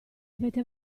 avete